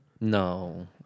No